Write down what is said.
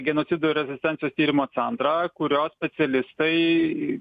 genocido ir rezistencijos tyrimo centrą kurio specialistai